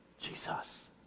Jesus